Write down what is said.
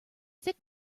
thick